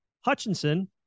Hutchinson